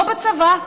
לא בצבא.